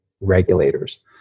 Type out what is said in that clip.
regulators